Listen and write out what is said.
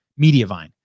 Mediavine